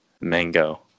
mango